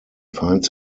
finds